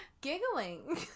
giggling